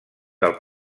del